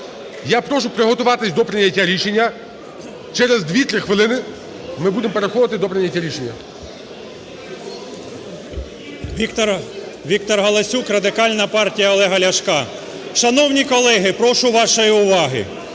я прошу приготуватись до прийняття рішення. Через 2-3 хвилини ми будемо переходити до прийняття рішення. 16:55:53 ГАЛАСЮК В.В. Віктор Галасюк, Радикальна партія Олега Ляшка. Шановні колеги! Прошу вашої уваги,